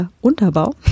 Unterbau